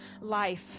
life